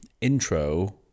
intro